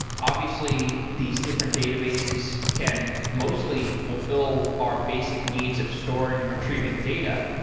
obviously, these different databases can mostly fulfill our basic needs of storing and retrieving data.